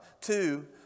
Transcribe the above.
Two